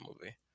movie